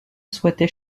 souhaitait